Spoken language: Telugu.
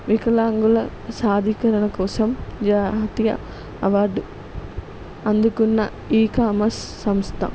వికలాంగుల సాదికులన కోసం జాతీయ అవార్డు అందుకున్న ఈకామర్స్ సంస్థ